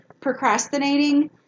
Procrastinating